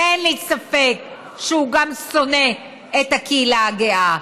ואין לי ספק שהוא שונא גם את הקהילה הגאה.